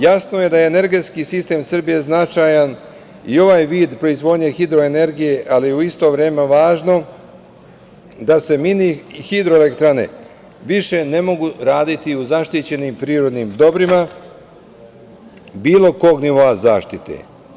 Jasno je da je energetskom sistemu Srbije značajan i ovaj vid proizvodnje hidroenergije, ali u isto vreme je važno da se mini hidroelektrane više ne mogu raditi u zaštićenim prirodnim dobrima bilo kog nivoa zaštite.